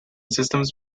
systems